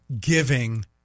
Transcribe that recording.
giving